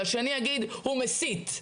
ואני אגיד שהצד השני מסית,